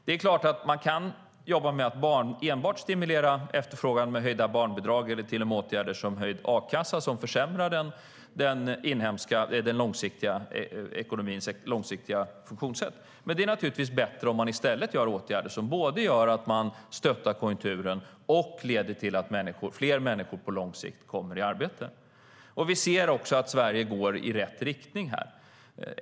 Det är klart att man kan jobba med att enbart stimulera efterfrågan genom höjda barnbidrag eller till och med åtgärder som höjd a-kassa, vilket försämrar ekonomins långsiktiga funktionssätt, men det är naturligtvis bättre om man i stället vidtar åtgärder som både gör att man stöttar konjunkturen och leder till att fler människor på lång sikt kommer i arbete. Vi ser också att Sverige går i rätt riktning.